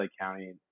County